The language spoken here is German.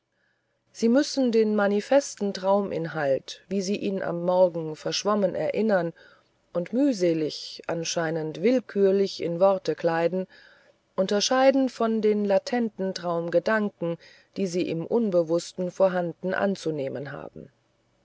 sie müssen den manifesten trauminhalt wie sie ihn am morgen verschwommen erinnern und mühselig anscheinend willkürlich in worte kleiden unterscheiden von den latenten traumgedanken die sie im unbewußten vorhanden anzunehmen haben